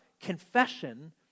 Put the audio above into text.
confession